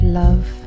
love